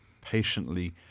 patiently